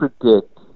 predict